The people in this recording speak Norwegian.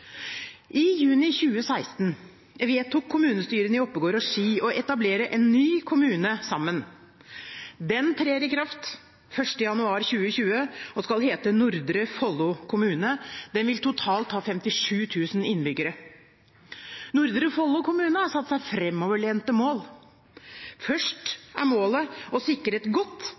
I juni 2016 vedtok kommunestyrene i Oppegård og Ski å etablere en ny kommune sammen. Den trer i kraft 1. januar 2020 og skal hete Nordre Follo kommune. Den vil ha totalt 57 000 innbyggere. Nordre Follo kommune har satt seg framoverlente mål. Først er målet å sikre et godt,